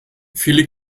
viele